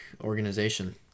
organization